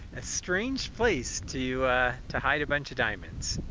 a strange place to to hide a bunch of diamonds.